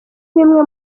bimwe